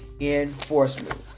enforcement